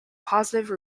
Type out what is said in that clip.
positive